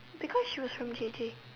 because she was from J J